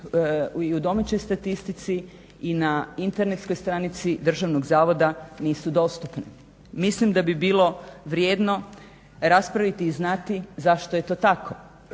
se u domaćoj statistici i na internetskoj stranici državnog zavoda nisu dostupne. Mislim da bi bilo vrijedno raspraviti i znati zašto je to tako